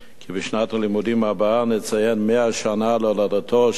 כי בשנת הלימודים הבאה נציין 100 שנה להולדתו של